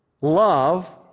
Love